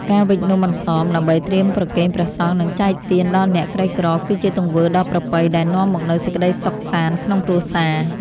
ការវេចនំអន្សមដើម្បីត្រៀមប្រគេនព្រះសង្ឃនិងចែកទានដល់អ្នកក្រីក្រគឺជាទង្វើដ៏ប្រពៃដែលនាំមកនូវសេចក្ដីសុខសាន្តក្នុងគ្រួសារ។